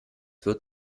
wird